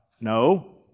No